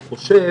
הוא חושב